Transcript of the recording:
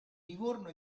livorno